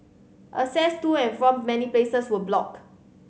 access do and from many places were block